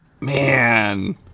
Man